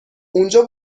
اونجا